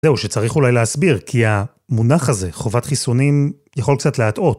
זהו, שצריך אולי להסביר, כי המונח הזה, חובת חיסונים, יכול קצת להטעות.